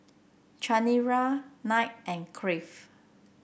Chanira Knight and Crave